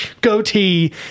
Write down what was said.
goatee